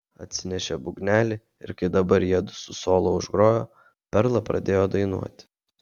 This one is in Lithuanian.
atsinešė būgnelį ir kai dabar jiedu su solo užgrojo perla pradėjo dainuoti